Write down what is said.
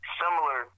similar